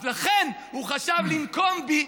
אז לכן הוא חשב לנקום בי.